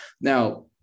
Now